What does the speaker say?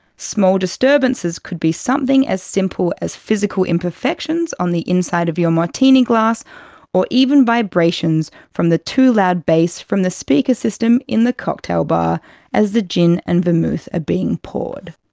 small disturbances could be something as simple as physical imperfections on the inside of your martini glass or even vibrations from the too-loud bass from the speaker system in the cocktail bar as the gin and vermouth are ah being poured.